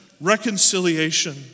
reconciliation